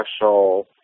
special